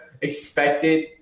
expected